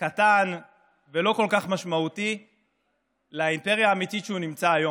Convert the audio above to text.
קטן ולא כל כך משמעותי לאימפריה האמיתית שהוא היום.